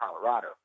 Colorado